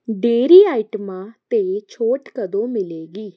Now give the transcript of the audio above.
dairy ਆਈਟਮਾਂ 'ਤੇ ਛੋਟ ਕਦੋਂ ਮਿਲੇਗੀ